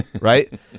right